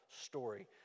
story